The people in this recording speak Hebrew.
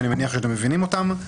ואני מניח שאתם מבינים אותם.